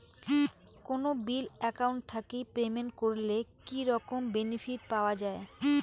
কোনো bill account থাকি payment করলে কি রকম বেনিফিট পাওয়া য়ায়?